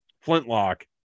flintlock